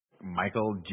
Michael